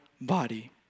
body